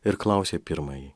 ir klausė pirmąjį